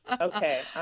Okay